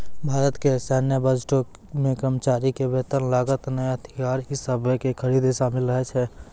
भारतो के सैन्य बजटो मे कर्मचारी के वेतन, लागत, नया हथियार इ सभे के खरीद शामिल रहै छै